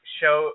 show